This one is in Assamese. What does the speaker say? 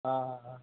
অ' অ' অ'